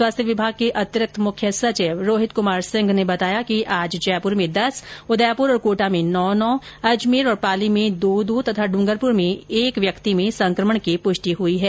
स्वास्थ्य विभाग के अतिरिक्त मुख्य सचिव रोहित कुमार सिहं ने बताया कि आज जयपुर में दस उदयपुर और कोटा में नौ नौ अजमेर और पाली में दो दो तथा डूंगरपुर में एक व्यक्ति में संकमण की पुष्टि हुई है